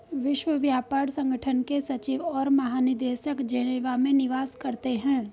विश्व व्यापार संगठन के सचिव और महानिदेशक जेनेवा में निवास करते हैं